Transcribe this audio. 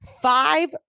five